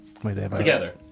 Together